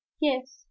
Yes